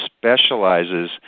specializes